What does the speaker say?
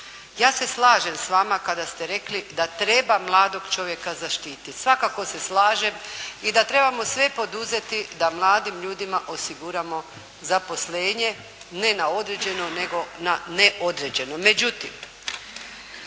Ja se slažem s vama kada ste rekli da treba mladog čovjeka zaštiti. Svakako se slažem i da trebamo sve poduzeti da mladim ljudima osiguramo zaposlenje, ne na određeno nego na neodređeno.